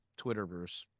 Twitterverse